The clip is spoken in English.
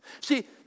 See